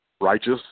righteous